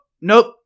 nope